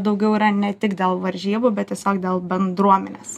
daugiau yra ne tik dėl varžybų bet tiesiog dėl bendruomenės